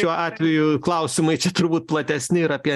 šiuo atveju klausimai čia turbūt platesni ir apie